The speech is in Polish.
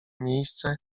miejsce